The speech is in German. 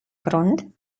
grund